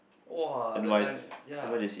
!wah! the time ya